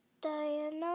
Diana